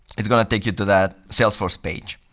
it's going to take you to that salesforce page.